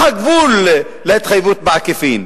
מה הגבול להתחייבות בעקיפין?